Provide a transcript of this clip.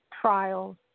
trials